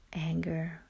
anger